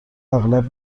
اغلب